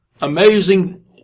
Amazing